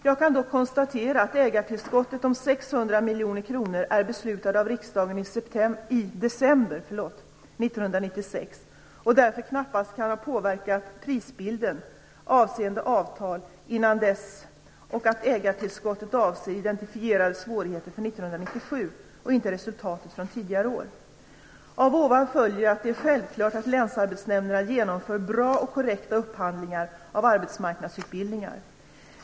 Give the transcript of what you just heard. Jag kan dock konstatera att ägartillskottet om 600 miljoner kronor är beslutat av riksdagen i december 1996 och därför knappast kan ha påverkat prisbilden avseende avtal innan dess och att ägartillskottet avser identifierade svårigheter för 1997 och inte resultat från tidigare år. Av ovan följer att det är självklart att länsarbetsnämnderna genomför bra och korrekta upphandlingar av arbetsmarknadsutbildningar.